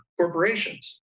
corporations